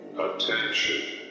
Attention